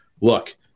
look